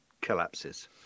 collapses